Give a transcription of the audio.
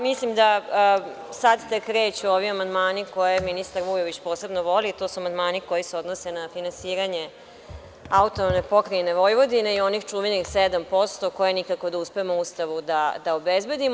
Mislim da sada tek kreću ovi amandmani koje ministar Vujović posebno voli, to su amandmani koji se odnose na finansiranje AP Vojvodine i onih čuvenih 7% koje nikako da uspemo u Ustavu da obezbedimo.